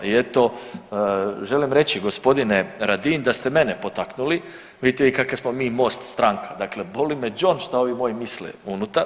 I eto želim reći gospodine Radin da ste mene potaknuli, vidite kakav smo mi MOST stranka, dakle boli me đon što ovi moji misle unutar.